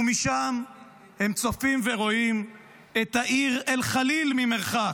// ומשם הם צופים ורואים / את העיר אל-חליל ממרחק,